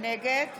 נגד